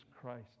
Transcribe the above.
Christ